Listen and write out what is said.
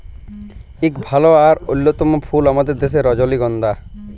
ইক ভাল আর অল্যতম ফুল আমাদের দ্যাশের রজলিগল্ধা